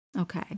Okay